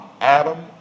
Adam